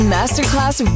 Masterclass